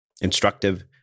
instructive